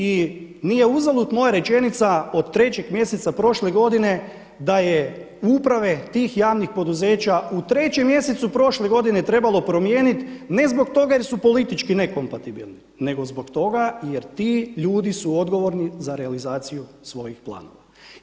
I nije uzalud moja rečenica od 3. mjeseca prošle godine da je uprave tih javnih poduzeća u 3. mjesecu prošle godine trebalo promijeniti ne zbog toga jer su politički nekompatibilni, nego zbog toga jer ti ljudi su odgovorni za realizaciju svojih planova.